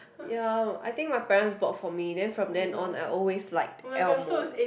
ya I think my parents bought for me then from then on I always like Elmo